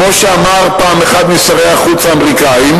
כמו שאמר פעם אחד משרי החוץ האמריקנים?